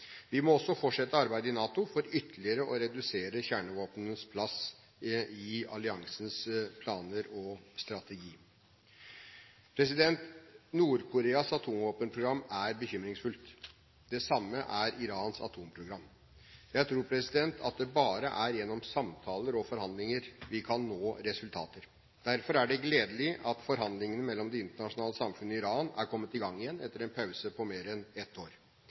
Vi må også fortsette arbeidet i NATO for ytterligere å redusere kjernevåpnenes plass i alliansens planer og strategi. Nord-Koreas atomvåpenprogram er bekymringsfullt. Det samme er Irans atomprogram. Jeg tror at det bare er gjennom samtaler og forhandlinger vi kan nå resultater. Derfor er det gledelig at forhandlingene mellom det internasjonale samfunn og Iran er kommet i gang igjen etter en pause på mer enn ett år.